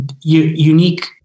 unique